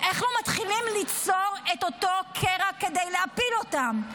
איך לא מצליחים ליצור את אותו קרע כדי להפיל אותם?